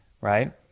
Right